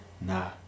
nah